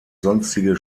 sonstige